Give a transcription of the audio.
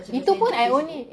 itu pun I only